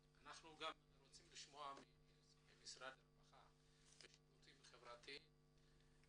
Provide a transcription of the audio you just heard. אנחנו רוצים לשמוע ממשרד הרווחה והשירותים החברתיים